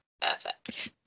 perfect